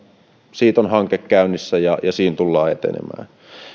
siitä on hanke käynnissä ja siinä tullaan etenemään